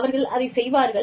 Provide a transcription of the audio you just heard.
அவர்கள் அதைச் செய்வார்கள்